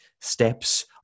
steps